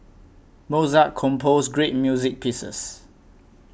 Mozart composed great music pieces